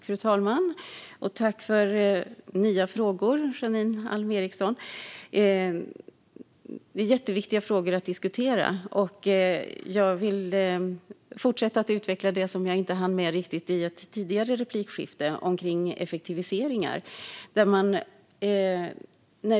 Fru talman! Jag tackar Janine Alm Ericson för nya frågor som är viktiga att diskutera. Låt mig fortsätta att utveckla det jag inte riktigt hann med i ett tidigare replikskifte kring effektiviseringar.